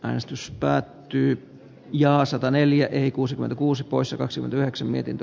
äänestys päättyi ja sataneljä eli kuusikymmentäkuusi poissa kaksi ole äänestänyt